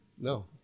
No